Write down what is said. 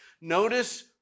Notice